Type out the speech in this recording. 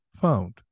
found